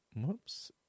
whoops